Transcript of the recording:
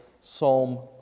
Psalm